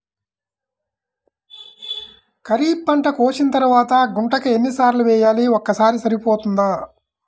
ఖరీఫ్ పంట కోసిన తరువాత గుంతక ఎన్ని సార్లు వేయాలి? ఒక్కసారి సరిపోతుందా?